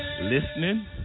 Listening